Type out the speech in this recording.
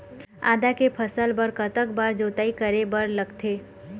आदा के फसल बर कतक बार जोताई करे बर लगथे?